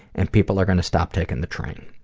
and people are going to stop taking the train.